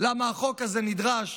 למה החוק הזה נדרש